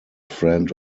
friend